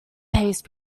paste